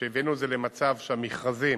שהבאנו את זה למצב שהמכרזים